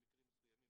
במקרים מסוימים,